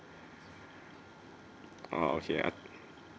oh okay ah